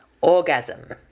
orgasm